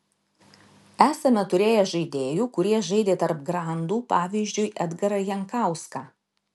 esame turėję žaidėjų kurie žaidė tarp grandų pavyzdžiui edgarą jankauską